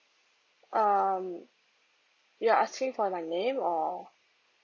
um you are asking for my name or